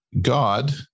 God